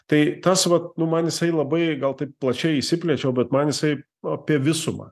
tai tas vat nu man jisai labai gal taip plačiai išsiplėčiau bet man jisai apie visumą